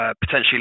potentially